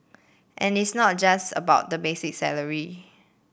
and it's not a just about the basic salary